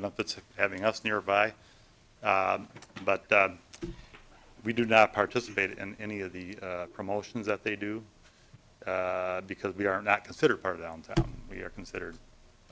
benefits of having us nearby but we do not participate in any of the promotions that they do because we are not considered part of them and we are considered